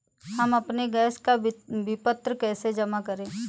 हम अपने गैस का विपत्र कैसे जमा करें?